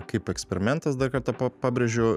kaip eksperimentas dar kartą pabrėžiu